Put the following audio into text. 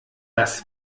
das